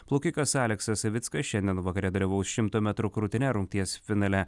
plaukikas aleksas savickas šiandien vakare dalyvaus šimto metrų krūtine rungties finale